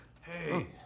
Hey